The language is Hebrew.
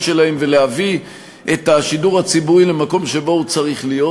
שלהם ולהביא את השידור הציבורי למקום שבו הוא צריך להיות,